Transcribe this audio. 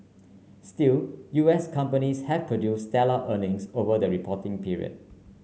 still U S companies have produced stellar earnings over the reporting period